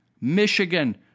Michigan